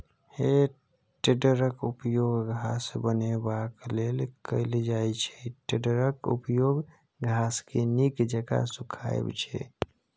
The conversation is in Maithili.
हे टेडरक उपयोग घास बनेबाक लेल कएल जाइत छै टेडरक उपयोग घासकेँ नीक जेका सुखायब छै